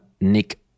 Nick